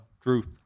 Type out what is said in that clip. truth